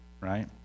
right